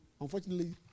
Unfortunately